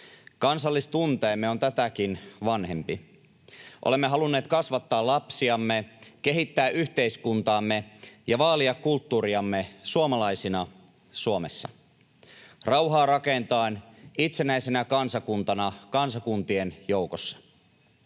Kansallistunteemme on tätäkin vanhempi. Olemme halunneet kasvattaa lapsiamme, kehittää yhteiskuntaamme ja vaalia kulttuuriamme suomalaisina Suomessa — rauhaa rakentaen itsenäisenä kansakuntana kansakuntien joukossa.